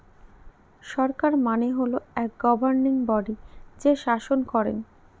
সরকার মানে হল এক গভর্নিং বডি যে শাসন করেন